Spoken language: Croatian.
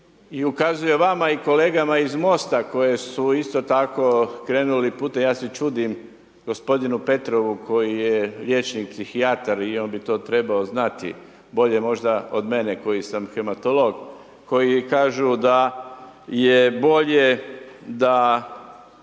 i ukazuje vama i kolegama iz MOST-a koje su isto tako krenuli putem, ja se čudim gospodinu Petrovu koji je liječnik psihijatar i on bi to trebao znati bolje možda od mene koji sam hematolog, koji kažu da je bolje da